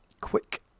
quick